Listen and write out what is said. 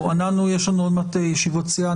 יש לנו עוד מעט ישיבות סיעה,